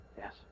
Yes